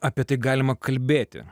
apie tai galima kalbėti